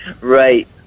Right